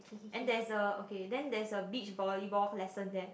and there's a okay then there's a beach volleyball lesson there